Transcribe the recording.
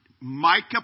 Micah